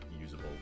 usable